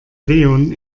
leon